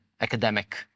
academic